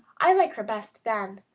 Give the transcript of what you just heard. i like her best then.